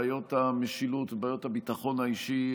בעיות המשילות ובעיות הביטחון האישי,